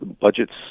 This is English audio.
budgets